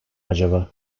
acaba